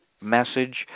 message